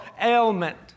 ailment